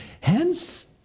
Hence